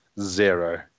zero